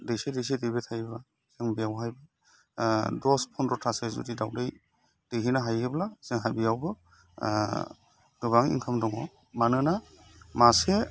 दैसे दैसे दैबाय थायोबा जों बेवहाय दस फन्द्र'थासो जुदि दावदै दैहोनो हायोब्ला जोंहा बेयावबो गोबां इनखाम दङ मानोना मासे